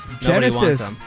Genesis